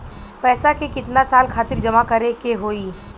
पैसा के कितना साल खातिर जमा करे के होइ?